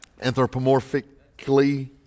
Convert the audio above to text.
Anthropomorphically